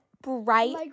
bright